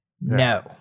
No